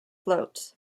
floats